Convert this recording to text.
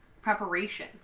preparation